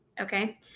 Okay